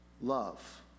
love